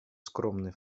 скромный